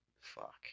Fuck